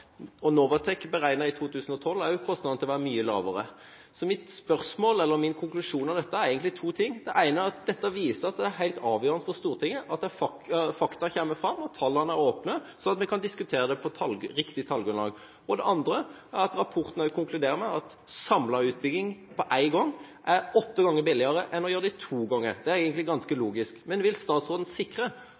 Novatek beregnet også i 2012 kostnaden til å være mye lavere. Min konklusjon her er egentlig to ting. Det ene er at det viser at det er helt avgjørende for Stortinget at fakta kommer fram, og at tallene er åpne, slik at vi kan diskutere det på et riktig tallgrunnlag. Det andre er at rapporten konkluderer med at samlet utbygging, på én gang, er åtte ganger billigere enn å gjøre det i to omganger. Det er egentlig ganske logisk. Vil statsråden sikre